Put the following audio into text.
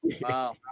Wow